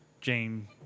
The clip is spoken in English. Jane